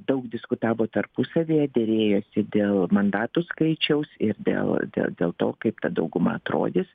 daug diskutavo tarpusavyje derėjosi dėl mandatų skaičiaus ir dėl dė dėl to kaip ta dauguma atrodys